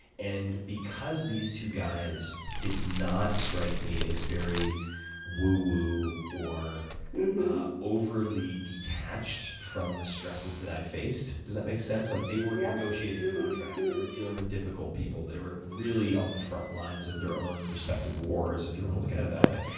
and because these two guys did not strike me as very whoo-whoo or overly detached from the stresses that i faced does that make sense? yeah. like they were yeah negotiating contracts, they were dealing with difficult people, they were really on the frontlines of their respective wars, if you want to look at it that way,